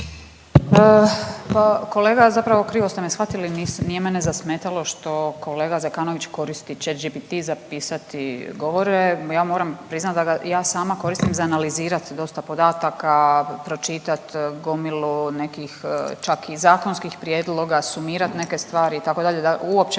kolega zapravo krivo ste me shvatili, nije mene zasmetalo što kolega Zekanović koristi Chat GPT za pisati govore, ja moram priznati da ga ja sama koristi za analizirat dosta podataka, počitat gomilu nekih čak i zakonskih prijedloga, sumirat neke stvari itd. da uopće